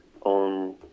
on